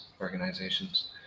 organizations